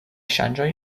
ŝanĝoj